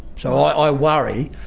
so i worry,